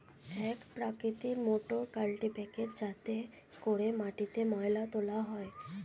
এক প্রকৃতির মোটর কাল্টিপ্যাকের যাতে করে মাটিতে ময়লা তোলা হয়